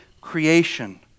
creation